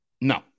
No